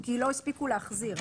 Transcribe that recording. כי לא הספיקו להחזיר.